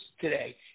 today